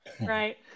Right